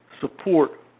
support